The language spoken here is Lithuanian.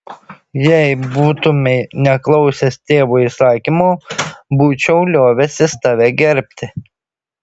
jei būtumei neklausęs tėvo įsakymo būčiau liovęsis tave gerbti